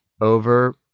over